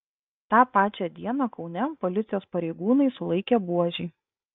tą pačią dieną kaune policijos pareigūnai sulaikė buožį